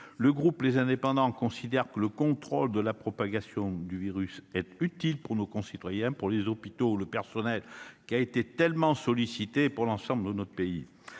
et Territoires considère que le contrôle de la propagation du virus est utile pour nos concitoyens, pour les hôpitaux où le personnel a été tellement sollicité, ainsi que pour l'ensemble de notre pays.